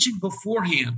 beforehand